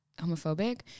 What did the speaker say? homophobic